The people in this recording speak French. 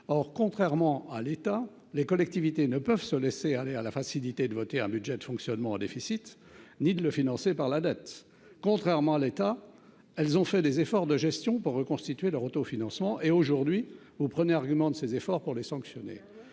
or, contrairement à l'État, les collectivités ne peuvent se laisser aller à la facilité de voter un budget de fonctionnement en déficit, ni de le financer par la dette, contrairement à l'État, elles ont fait des efforts de gestion pour reconstituer leur auto-financement et aujourd'hui vous prenez argument de ses efforts pour les sanctionner,